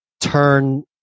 turn